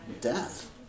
death